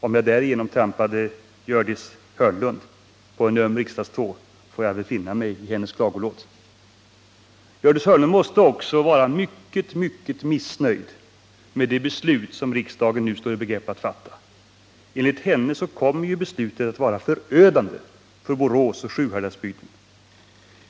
Om jag därigenom trampade Gördis Hörnlund på en öm riksdagstå får jag väl finna mig i hennes klagolåt. Gördis Hörnlund måste också vara mycket, mycket missnöjd med det beslut som riksdagen nu står i begrepp att fatta. Enligt henne kommer beslutet att vara förödande för Borås och Sjuhäradsbygden.